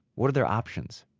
what are their options?